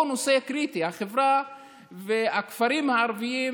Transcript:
בחברה ובכפרים הערביים,